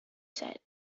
said